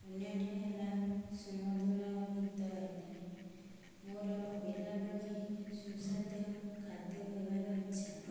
ଅନ୍ୟଟି ହେଲା ସୁମଧୁର ଗୀତ ଗାଇଥାଏ ମୋର ପିଲାବେଳୁ ହିଁ ସୁସାଦ୍ୟ ଖାଦ୍ୟ ଖାଇବାର ଇଛା